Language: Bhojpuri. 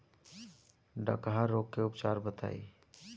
डकहा रोग के उपचार बताई?